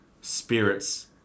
spirits